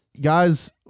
guys